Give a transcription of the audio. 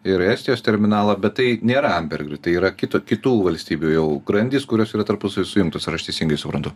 ir estijos terminalą bet tai nėra ambergrit yra kito kitų valstybių jau grandys kurios yra tarpusavy sujungtus ar aš teisingai suprantu